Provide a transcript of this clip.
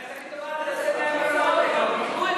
אל תציע להם הצעות, הם עוד יקנו את זה.